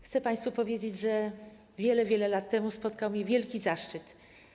Chcę państwu powiedzieć, że wiele, wiele lat temu spotkał mnie wielki zaszczyt.